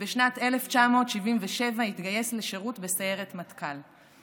ובשנת 1977 התגייס לשירות בסיירת מטכ"ל.